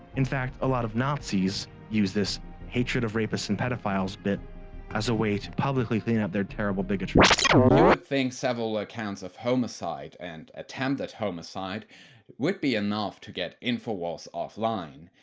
in fact, a lot of nazis use this hatred of rapists and pedophiles bit as a way to publicly clean up their terrible bigotry. you would think several accounts of homicide and attempted homicide would be enough to get infowars offline.